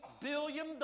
billion